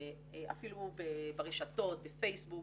אפילו ברשתות, בפייסבוק,